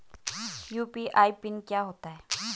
UPI PIN क्या होता है?